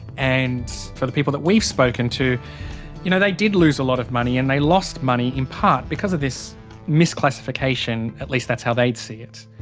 and for the people that we've spoken to you know they did lose a lot of money, and they lost money in part because of this misclassification at least that's how they'd see it.